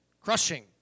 crushing